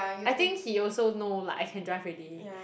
I think he also know like I can drive already